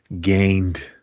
gained